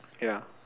ya